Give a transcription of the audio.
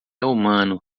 humano